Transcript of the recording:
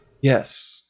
Yes